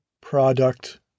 product